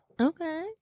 Okay